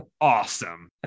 awesome